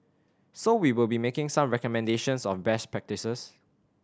so we will be making some recommendations of best practices